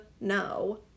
no